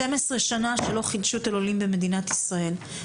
12 שנים שלא חידשו את הלולים במדינת ישראל.